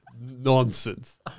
nonsense